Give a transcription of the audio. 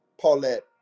paulette